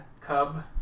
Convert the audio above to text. cub